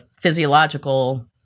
physiological